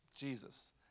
Jesus